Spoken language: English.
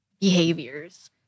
behaviors